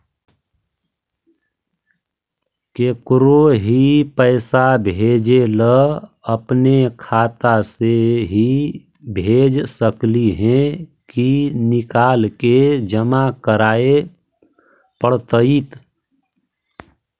केकरो ही पैसा भेजे ल अपने खाता से ही भेज सकली हे की निकाल के जमा कराए पड़तइ?